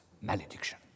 malediction